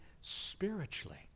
spiritually